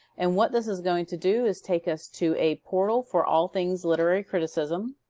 and what this is going to do is take us to a portal for all things literary criticism.